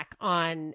on